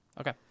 Okay